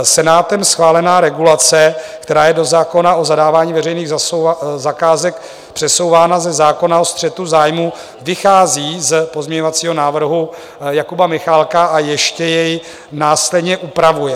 Senátem schválená regulace, která je do zákona o zadávání veřejných zakázek přesouvána ze zákona o střetu zájmů, vychází z pozměňovacího návrhu Jakuba Michálka a ještě jej následně upravuje.